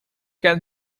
can